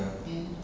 ya